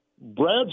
Brad